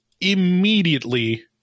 immediately